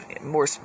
more